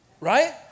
Right